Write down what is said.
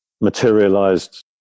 materialized